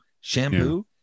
Shampoo